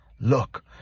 Look